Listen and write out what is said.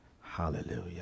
Hallelujah